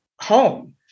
home